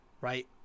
Right